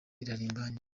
irarimbanyije